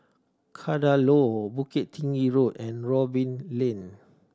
Kadaloor Bukit Tinggi Road and Robin Lane